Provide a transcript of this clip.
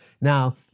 now